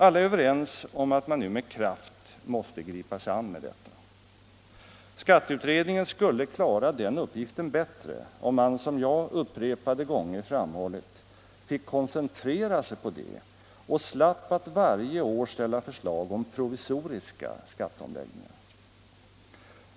Alla är överens om att man nu med kraft måste gripa sig an med detta. Skatteutredningen skulle klara den uppgiften bättre om man, som jag upprepade gånger framhållit, fick koncentrera sig på den och slapp att varje år ställa förslag om provisoriska skatteomläggningar.